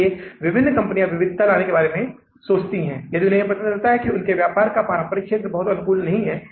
उसके बाद मैं इस समस्या के लिए इस मामले के लिए बजटीय बैलेंस शीट तैयार करुंगा जो वित्तीय बजट का अंत होगा